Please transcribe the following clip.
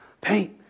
Paint